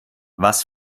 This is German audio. was